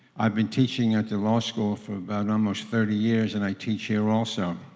i've been teaching at the law school for about almost thirty years and i teach here also.